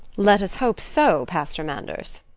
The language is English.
let us hope so, pastor manders.